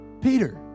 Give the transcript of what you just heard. Peter